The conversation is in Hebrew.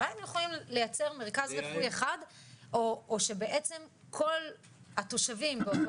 אולי היינו יכולים לייצר מרכז רפואי אחד או שבעצם כל התושבים באותו